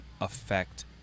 affect